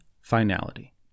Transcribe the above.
finality